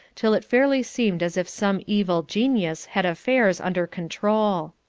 till it fairly seemed as if some evil genius had affairs under control.